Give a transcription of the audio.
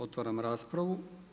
Otvaram raspravu.